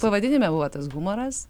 pavadinime buvo tas humoras